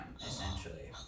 essentially